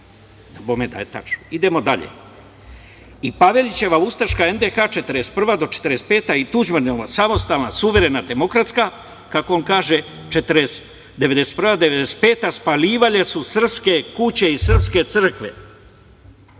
tačno. Idemo dalje, i Pavelićeva ustaška NDH 1941. do 1945. i Tuđman je samostalna, suverena demokratska, kako on kaže 1991. do 1995. spaljivali su srpske kuće i srpske crkve.